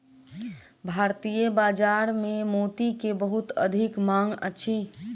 भारतीय बाजार में मोती के बहुत अधिक मांग अछि